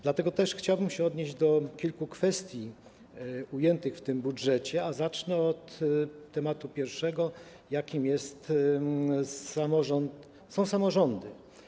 Dlatego też chciałbym się odnieść do kilku kwestii ujętych w tym budżecie, a zacznę od tematu pierwszego, jakim jest samorząd, jakim są samorządy.